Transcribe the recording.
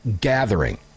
gathering